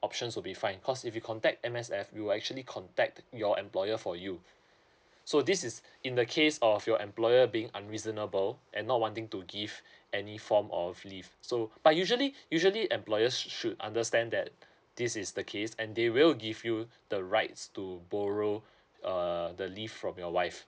options will be fine cause if you contact M_S_F we will actually contact your employer for you so this is in the case of your employer being unreasonable and not wanting to give any form of leave so but usually usually employers should understand that this is the case and they will give you the rights to borrow err the leave from your wife